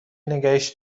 نگهش